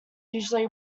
usually